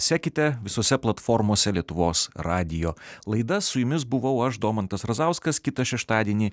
sekite visose platformose lietuvos radijo laida su jumis buvau aš domantas razauskas kitą šeštadienį